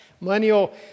Millennial